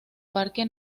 parque